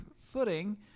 footing